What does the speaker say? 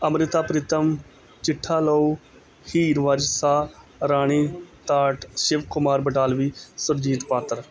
Amrita Pritam Chitta Lahu Heer Waris Shah Rani Tatt Shiv Kumar Batalvi Surjit Patar